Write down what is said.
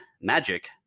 Magic